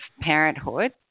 parenthood